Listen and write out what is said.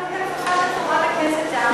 להרים את הכפפה של חברת הכנסת זנדברג.